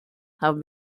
have